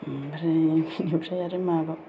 ओमफ्राय बिनिफ्राय आरो माबा